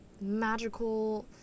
magical